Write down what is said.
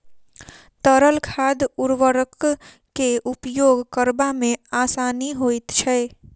तरल खाद उर्वरक के उपयोग करबा मे आसानी होइत छै